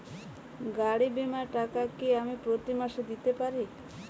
গাড়ী বীমার টাকা কি আমি প্রতি মাসে দিতে পারি?